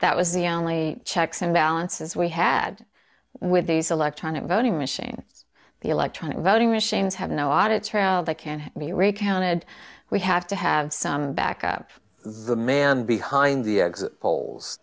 that was the only checks and balances we had with these electronic voting machines the electronic voting machines have no audit trail that can't be re counted we have to have some backup the man behind the exit polls